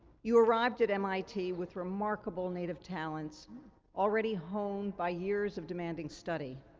you arrived at mit with remarkable native talents already honed by years of demanding study.